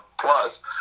plus